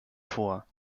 vor